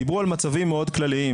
דיברו על מצבים מאוד כלליים,